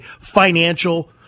financial